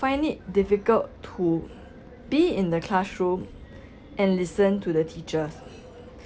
find it difficult to be in the classroom and listen to the teachers